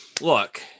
look